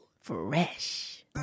fresh